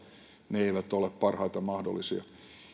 ne eivät ole parhaita mahdollisia no